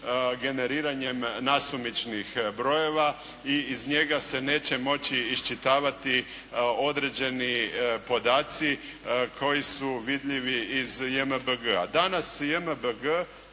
generiranjem nasumičnih brojeva i iz njega se neće moći iščitavati određeni podaci koji su vidljivi iz JMBG-a. Danas JMBG